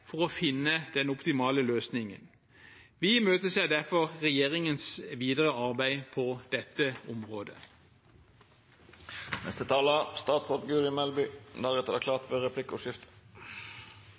for å finne den optimale løsningen. Vi imøteser derfor regjeringens videre arbeid på dette området.